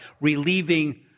relieving